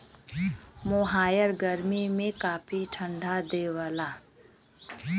मोहायर गरमी में काफी ठंडा देवला